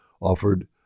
offered